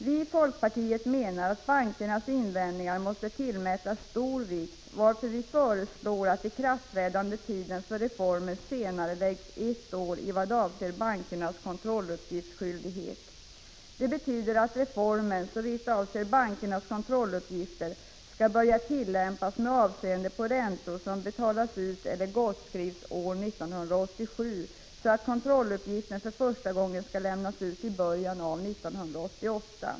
Vii folkpartiet menar att bankernas invändningar måste tillmätas stor vikt, varför vi föreslår att ikraftträdandetiden för reformen senareläggs ett år i vad avser bankernas kontrolluppgiftsskyldighet. Det betyder att reformen såvitt avser bankernas kontrolluppgifter skall börja tillämpas med avseende på räntor som betalas ut eller gottskrivs år 1987, så att kontrolluppgifterna för första gången skall lämnas ut i början av år 1988.